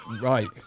Right